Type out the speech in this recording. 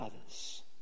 others